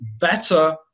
better